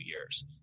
years